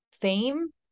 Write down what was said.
fame